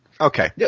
okay